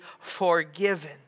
forgiven